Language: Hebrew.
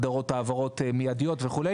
הגדרות העברות מידיות וכו'.